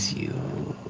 you?